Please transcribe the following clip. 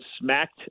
smacked